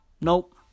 nope